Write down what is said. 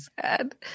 sad